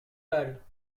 balles